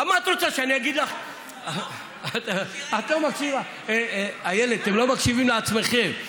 איילת, אתם לא מקשיבים לעצמכם.